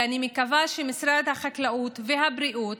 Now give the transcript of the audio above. ואני מקווה שמשרד החקלאות ומשרד הבריאות